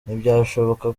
ntibyashoboka